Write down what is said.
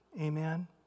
Amen